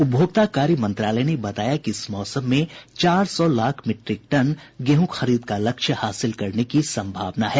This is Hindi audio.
उपभोक्ता कार्य मंत्रालय ने बताया कि इस मौसम में चार सौ लाख मीट्रिक टन गेहूं खरीद का लक्ष्य हासिल होने की संभावना है